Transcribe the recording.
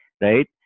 Right